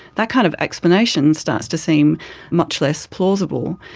that kind of explanation starts to seem much less plausible,